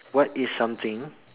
what is something